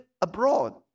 abroad